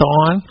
on